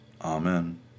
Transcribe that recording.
Amen